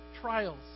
trials